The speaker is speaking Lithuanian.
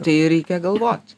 tai reikia galvot